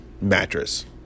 mattress